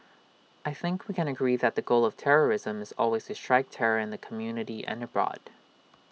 I think we can agree that the goal of terrorism is always to strike terror in the community and abroad